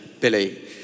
Billy